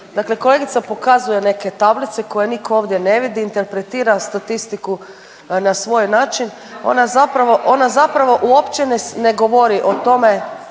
kolegica pokazuje neke tablice koje niko ovdje ne vidi, interpretira statistiku na svoj način, ona zapravo, ona zapravo uopće ne govori o tome,